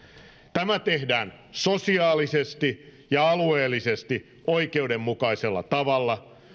tämä tehdään sosiaalisesti ja alueellisesti oikeudenmukaisella tavalla